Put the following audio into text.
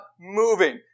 moving